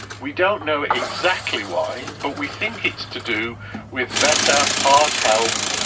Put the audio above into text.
we don't know exactly why but we think it's to do with better heart health,